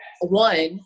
one